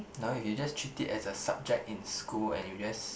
no if you just treat it as a subject in school and you just